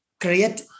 create